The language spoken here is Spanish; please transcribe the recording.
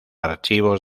archivos